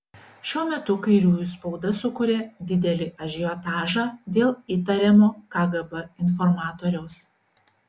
šiuo metu kairiųjų spauda sukuria didelį ažiotažą dėl įtariamo kgb informatoriaus